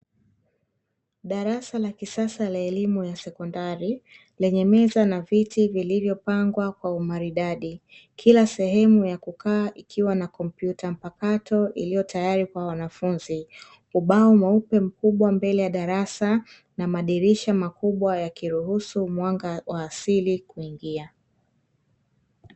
Darasa la kisasa la elimu ya sekondari, lenye meza na viti vilivyopangwa kwa umaridadi, kila sehemu ya kukaa ikiwa na kompyuta mpakato, iliyo tayari kwa wanafunzi, ubao mweupe mkubwa mbele ya darasa, na madirisha makubwa , yakiruhusu mwanga wa asili kuingia.